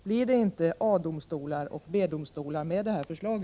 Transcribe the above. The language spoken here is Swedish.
Blir det inte A och B-domstolar med detta förslag?